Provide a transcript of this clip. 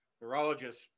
neurologist